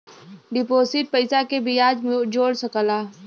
deposit पइसा के बियाज जोड़ सकला